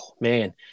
man